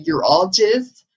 urologists